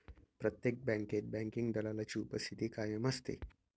प्रत्येक बँकेत बँकिंग दलालाची उपस्थिती कायम असते